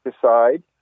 decide